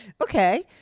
Okay